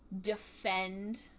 defend